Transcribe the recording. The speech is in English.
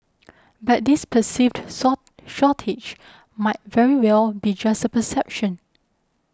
but this perceived sort shortage might very well be just a perception